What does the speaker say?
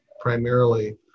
primarily